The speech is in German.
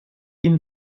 ihnen